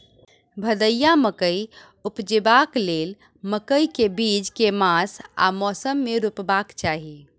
भदैया मकई उपजेबाक लेल मकई केँ बीज केँ मास आ मौसम मे रोपबाक चाहि?